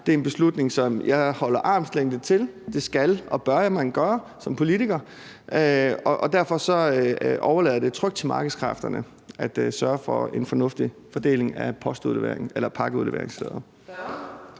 Det er en beslutning, som jeg holder armslængde til. Det skal og bør man gøre som politiker. Derfor overlader jeg det trygt til markedskræfterne at sørge for en fornuftig fordeling af pakkeudleveringssteder.